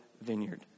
vineyard